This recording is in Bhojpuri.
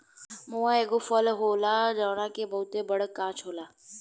महुवा एगो फल होला जवना के बहुते बड़ गाछ होला